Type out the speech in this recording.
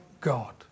God